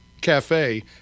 cafe